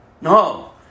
No